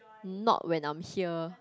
not when I'm here